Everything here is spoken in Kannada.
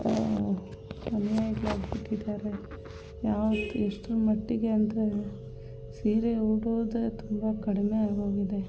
ಅನುಯಾಯಿಗಳಾಗಿಬಿಟ್ಟಿದ್ದಾರೆ ಯಾವುದು ಎಷ್ಟರ ಮಟ್ಟಿಗೆ ಅಂದರೆ ಸೀರೆ ಉಡುವುದೇ ತುಂಬ ಕಡಿಮೆ ಆಗಿ ಹೋಗಿದೆ